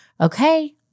Okay